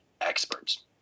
experts